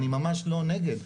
אני ממש לא נגד.